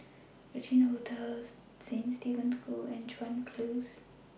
Regin Hotel Saint Stephen's School and Chuan Close